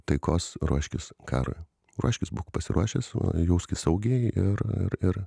taikos ruoškis karui ruoškis būk pasiruošęs jauskis saugiai ir ir